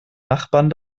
nachbarn